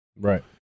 Right